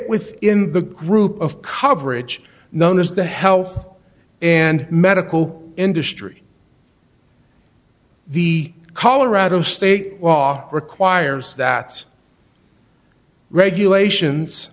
within the group of coverage known as the health and medical industry the colorado state law requires that regulations